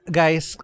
guys